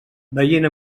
veient